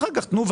אני